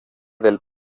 del